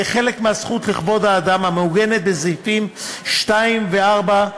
כחלק מהזכות לכבוד האדם המעוגנת בסעיפים 2 ו-4.